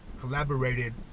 collaborated